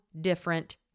different